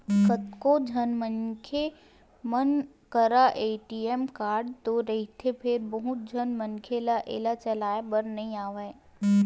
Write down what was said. कतको झन मनखे मन करा ए.टी.एम कारड तो रहिथे फेर बहुत झन मनखे ल एला चलाए बर नइ आवय